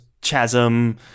chasm